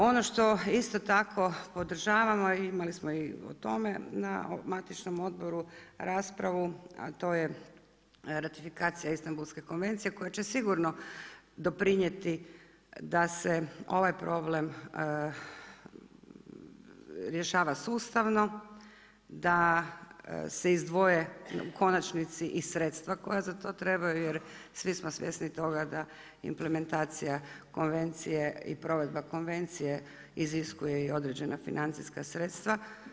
Ono što isto tako podržavamo, a imali smo i o tome na matičnom odborom raspravu, a to je ratifikacija Istambulske konvencije, koja će sigurno doprinijeti da se ovaj problem rješava sustavno, da se izdvoje u konačnici i sredstva koja za to trebaju, jer svi smo svjesni toga da implementacija konvencija i provedba konvencije iziskuje i određena financijska sredstva.